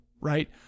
right